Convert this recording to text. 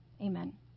amen